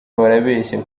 barabeshya